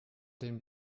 den